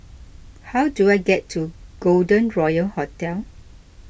how do I get to Golden Royal Hotel